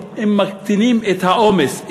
אם מקטינים את העומס,